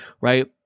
right